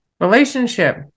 relationship